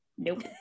nope